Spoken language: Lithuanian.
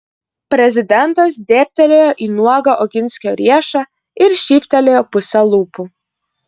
prezidentas dėbtelėjo į nuogą oginskio riešą ir šyptelėjo puse lūpų